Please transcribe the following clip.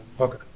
okay